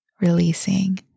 releasing